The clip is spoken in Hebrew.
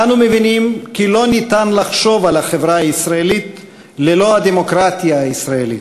אנו מבינים כי לא ניתן לחשוב על החברה הישראלית ללא הדמוקרטיה הישראלית,